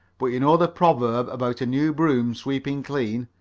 but you know the proverb about a new broom sweeping clean.